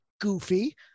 goofy